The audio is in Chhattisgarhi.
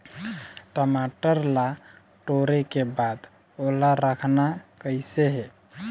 टमाटर ला टोरे के बाद ओला रखना कइसे हे?